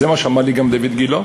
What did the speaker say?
זה מה שאמר לי גם דיויד גילה,